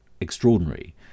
extraordinary